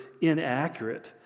inaccurate